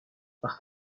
par